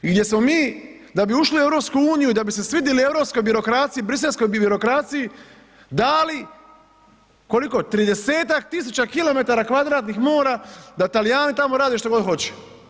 Gdje smo mi da bi ušli u EU i da bi se svidjeli europskoj birokraciji, briselskoj birokraciji dali, koliko, 30-tak tisuća kilometara kvadratnih mora da Talijani tamo rade što god hoće.